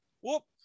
whoop